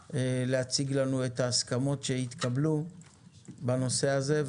אני מבקש מאנשי האוצר להציג לנו את ההסכמות שהתקבלו בנושא הזה,